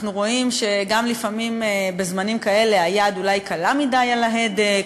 אנחנו רואים שלפעמים בזמנים כאלה היד אולי קלה מדי על ההדק,